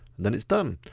and then it's done.